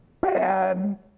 bad